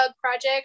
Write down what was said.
project